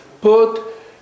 put